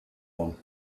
one